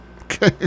Okay